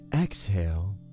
exhale